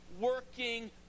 working